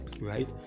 right